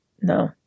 No